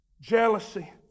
Jealousy